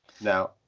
Now